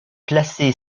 placée